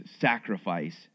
Sacrifice